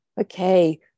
Okay